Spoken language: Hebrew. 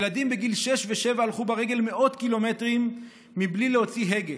ילדים בגיל שש ושבע הלכו ברגל מאות קילומטרים בלי להוציא הגה,